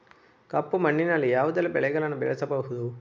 ಕಪ್ಪು ಮಣ್ಣಿನಲ್ಲಿ ಯಾವುದೆಲ್ಲ ಬೆಳೆಗಳನ್ನು ಬೆಳೆಸಬಹುದು?